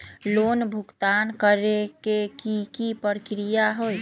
Loan भुगतान करे के की की प्रक्रिया होई?